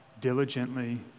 diligently